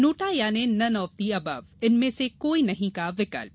NOTA यानि none of the above इनमें से कोई नहीं का विकल्प